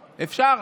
אפשר.